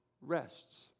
rests